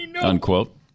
Unquote